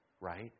Right